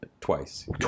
Twice